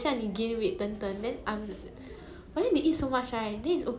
ya I think metabolism is a very very very very big factor cause like